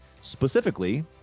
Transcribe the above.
specifically